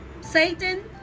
Satan